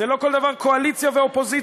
לא כל דבר זה קואליציה ואופוזיציה.